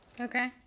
Okay